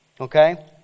Okay